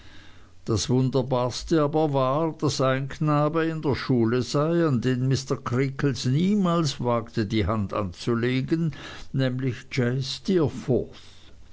das wunderbarste aber war daß ein knabe in der schule sei an den mr creakle niemals wagte die hand anzulegen nämlich j